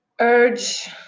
urge